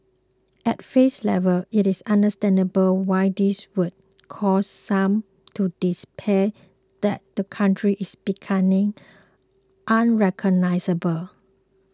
at face level it is understandable why this would cause some to despair that the country is becoming unrecognisable